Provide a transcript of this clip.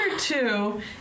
Two